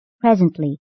Presently